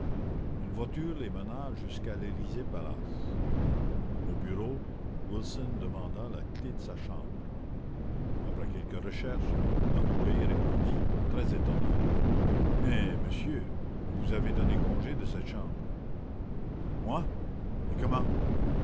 une voiture les mena jusqu'à lélysée palace au bureau wilson demanda la clef de sa chambre après quelques recherches l'employé répondit très étonné mais monsieur vous avez donné congé de cette chambre moi et comment